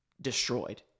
destroyed